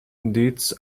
deeds